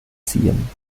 ziehen